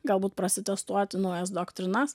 galbūt prasitestuoti naujas doktrinas